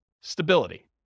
stability